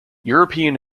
european